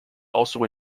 also